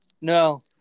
No